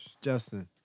Justin